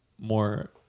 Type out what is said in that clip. more